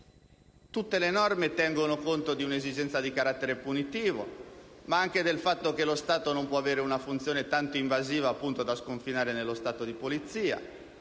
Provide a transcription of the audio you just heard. tutte le norme tengono conto di un'esigenza di carattere punitivo, ma anche del fatto che lo Stato non può avere una funzione tanto invasiva da sconfinare nello Stato di polizia;